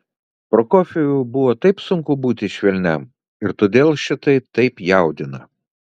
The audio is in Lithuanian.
prokofjevui buvo taip sunku būti švelniam ir todėl šitai taip jaudina